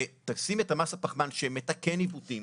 ותשים את מס הפחמן שמתקן עיוותים.